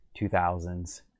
2000s